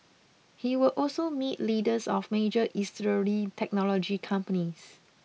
he will also meet leaders of major Israeli technology companies